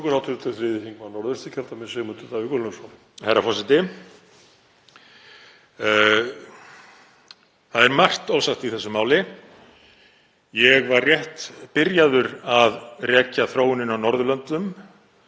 Herra forseti. Það er margt ósagt í þessu máli. Ég var rétt byrjaður að rekja þróunina á Norðurlöndum,